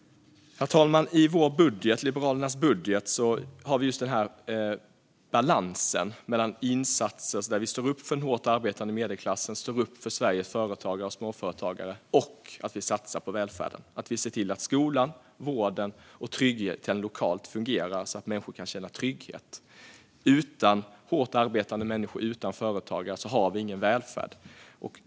Herr talman! I Liberalernas budget har vi en balans mellan insatser där vi står upp för den hårt arbetande medelklassen och för Sveriges företagare och insatser där vi satsar på välfärden. Vi ser till att skolan, vården och tryggheten lokalt fungerar, så att människor kan känna trygghet. Utan hårt arbetande människor och utan företagare har vi ingen välfärd.